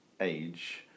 age